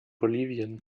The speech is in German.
bolivien